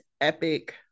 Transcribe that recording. epic